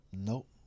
Nope